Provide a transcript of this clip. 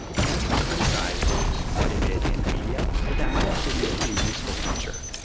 and that's been criticized quite a bit in the media. but that might actually be a pretty useful feature,